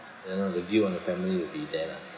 you know the view on the family will be there lah